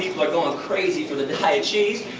are going crazy for the daiya cheese.